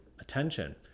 attention